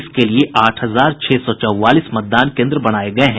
इसके लिये आठ हजार छह सौ चौवालीस मतदान केंद्र बनाये गये हैं